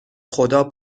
خدا